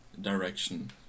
direction